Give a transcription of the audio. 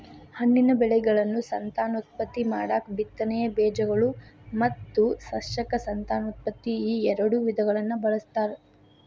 ಹಣ್ಣಿನ ಬೆಳೆಗಳನ್ನು ಸಂತಾನೋತ್ಪತ್ತಿ ಮಾಡಾಕ ಬಿತ್ತನೆಯ ಬೇಜಗಳು ಮತ್ತು ಸಸ್ಯಕ ಸಂತಾನೋತ್ಪತ್ತಿ ಈಎರಡು ವಿಧಗಳನ್ನ ಬಳಸ್ತಾರ